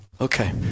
Okay